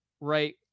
right